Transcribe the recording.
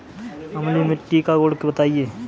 अम्लीय मिट्टी का गुण बताइये